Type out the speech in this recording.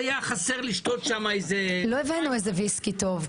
רק היה חסר לשתות שם איזה --- לא הבאנו איזה ויסקי טוב,